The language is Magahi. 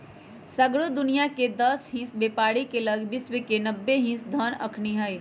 सगरो दुनियाँके दस हिस बेपारी के लग विश्व के नब्बे हिस धन अखनि हई